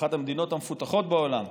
לאחת המדינות המפותחות בעולם,